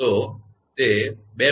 તો તે 2